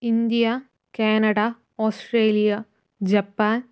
India Canada Australia Japan